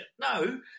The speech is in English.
No